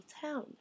town